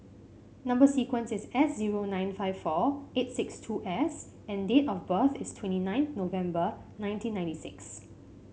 number sequence is S zero nine five four eight six two S and date of birth is twenty nine November nineteen ninety six